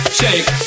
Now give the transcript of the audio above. shake